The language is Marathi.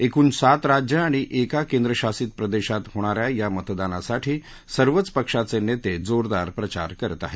एकूण सात राज्यं आणि एका केंद्रशासित प्रदेशात होणाऱ्या या मतदानासाठी सर्वच पक्षाचे नेते जोरदार प्रचार करत आहेत